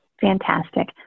Fantastic